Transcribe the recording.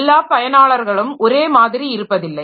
எல்லா பயனாளர்களும் ஒரே மாதிரி இருப்பதில்லை